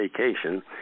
vacation